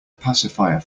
pacifier